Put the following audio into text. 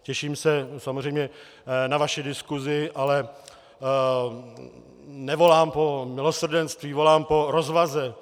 Těším se samozřejmě na vaši diskusi, ale nevolám po milosrdenství, volám po rozvaze.